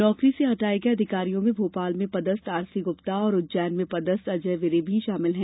नौकरी से हटाये गये अधिकारियों में भोपाल में पदस्थ आरसी गप्ता और उज्जैन में पदस्थ अजय विरे भी शामिल हैं